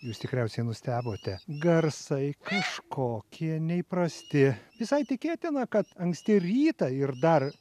jūs tikriausiai nustebote garsai kažkokie neįprasti visai tikėtina kad anksti rytą ir dar